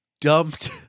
dumped